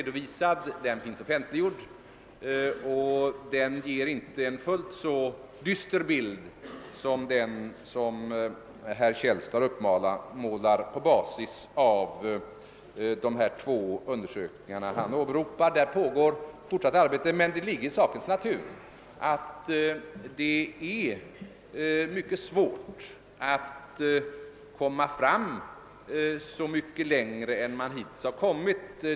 Den finns offentliggjord och den ger inte en så dyster bild som den som herr Källstad uppmålar på basis av de två undersökningar han åberopade. Där pågår ett fortsatt arbete, men det ligger i sakens natur att det är mycket svårt att komma så mycket längre än man hittills har kommit.